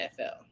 NFL